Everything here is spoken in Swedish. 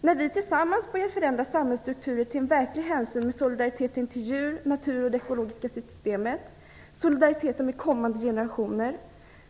När vi tillsammans börjar förändra samhällsstrukturer till verklig hänsyn, med solidariteten till djur, natur och det ekologiska systemet, solidariteten med kommande generationer,